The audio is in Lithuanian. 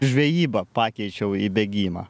žvejybą pakeičiau į bėgimą